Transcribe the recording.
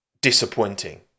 disappointing